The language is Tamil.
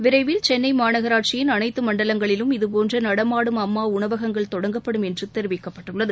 விரைவில் சென்னை மாநகராட்சியின் அனைத்து மண்டலங்களிலும் இதபோன்ற நடமாடும் அம்மா உணவகங்கள் தொடங்கப்படும் என்று தெரிவிக்கப்பட்டுள்ளது